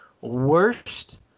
worst